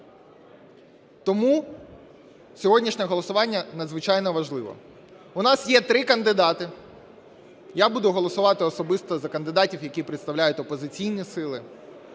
Тому сьогоднішнє голосування надзвичайно важливе. У нас є три кандидати. Я буду голосувати особисто за кандидатів, які представляють опозиційні сили,